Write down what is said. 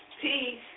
peace